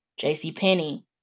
JCPenney